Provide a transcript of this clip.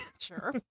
Sure